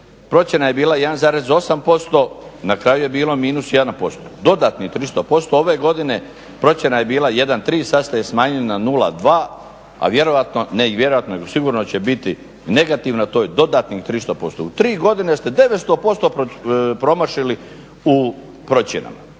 procjena je bila 1,8% na kraju je bilo -1%. Dodatnih 300% ove godine procjena je bila 1,3 sad ste je smanjili na 0,2 a vjerojatno ne i vjerojatno nego sigurno će biti negativna, to je dodatnih 300%. U tri godine ste 900% promašili u procjenama.